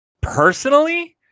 Personally